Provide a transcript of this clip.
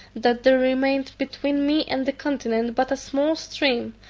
that there remained between me and the continent but a small stream,